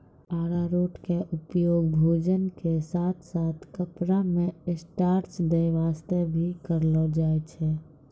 अरारोट के उपयोग भोजन के साथॅ साथॅ कपड़ा मॅ स्टार्च दै वास्तॅ भी करलो जाय छै